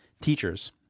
teachers